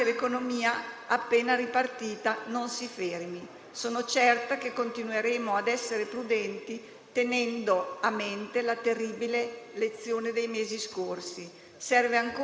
nel corso dei quali l'attività normativa e regolamentare del Governo è stata abbastanza altalenante e vorrei dire - usando un termine medico - qualche volta anche schizofrenica.